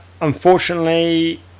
unfortunately